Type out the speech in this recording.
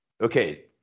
Okay